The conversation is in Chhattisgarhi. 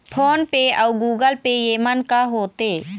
फ़ोन पे अउ गूगल पे येमन का होते?